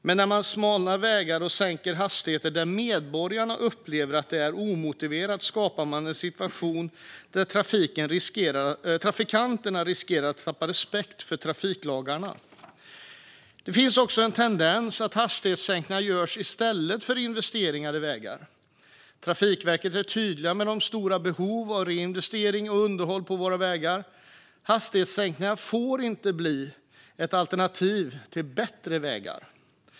Men när man gör vägar smalare och sänker hastigheter där medborgarna upplever att detta är omotiverat skapar man en situation där trafikanterna riskerar att tappa respekten för trafiklagarna. Det finns också en tendens att hastighetssänkningarna görs i stället för investeringar i vägar. Trafikverket är tydligt med det stora behovet av reinvesteringar och underhåll på våra vägar. Hastighetssänkningar får inte bli ett alternativ till bättre vägar.